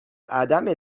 عدم